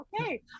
okay